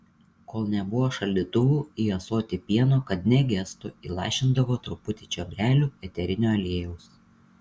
kol nebuvo šaldytuvų į ąsotį pieno kad negestų įlašindavo truputį čiobrelių eterinio aliejaus